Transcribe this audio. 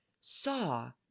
saw